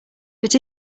but